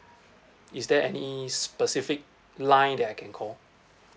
is there any specific line that I can call